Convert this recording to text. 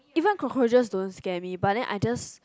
even cockroaches don't scared me but then I just